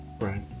Right